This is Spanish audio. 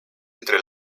entre